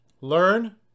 learn